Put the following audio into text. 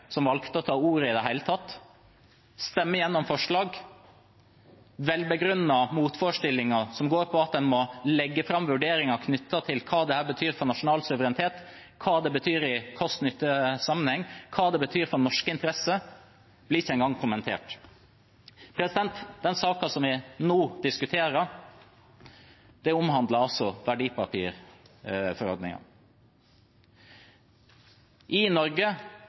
som valgte å ta ordet i det hele tatt. De stemmer igjennom forslag. Velbegrunnede motforestillinger som går ut på at en må legge fram vurderinger knyttet til hva dette betyr for nasjonal suverenitet, hva det betyr i kost–nytte-sammenheng, hva det betyr for norske interesser, blir ikke engang kommentert. Den saken vi diskuterer nå, omhandler verdipapirsentralforordningen. I Norge